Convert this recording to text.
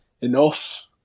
enough